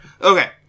Okay